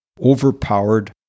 overpowered